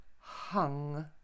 hung